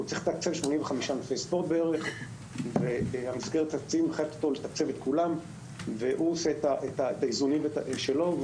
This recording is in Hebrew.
הוא צריך לתקצב 85 ענפי ספורט והוא עושה את האיזונים שלו.